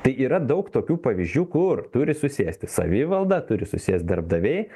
tai yra daug tokių pavyzdžių kur turi susėsti savivalda turi susėst darbdaviai